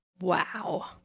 Wow